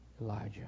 Elijah